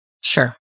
Sure